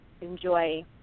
enjoy